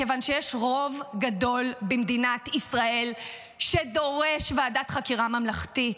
כיוון שיש רוב גדול במדינת ישראל שדורש ועדת חקירה ממלכתית.